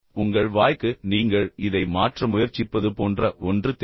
எனவே உங்கள் வாய்க்கு நீங்கள் இதை மாற்ற முயற்சிப்பது போன்ற ஒன்று தேவை